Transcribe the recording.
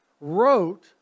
wrote